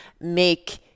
make